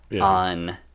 on